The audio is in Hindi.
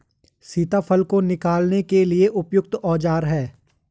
सीताफल को निकालने के लिए उपयुक्त औज़ार?